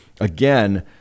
Again